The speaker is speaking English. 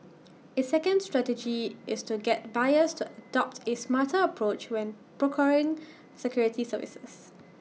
A second strategy is to get buyers to adopt A smarter approach when procuring security services